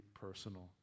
personal